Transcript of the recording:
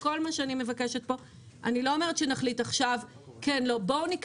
אני לא אומרת שנחליט עכשיו אם כן או לא.